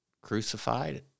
crucified